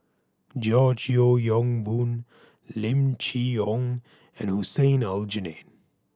George Yeo Yong Boon Lim Chee Onn and Hussein Aljunied